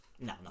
No